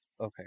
Okay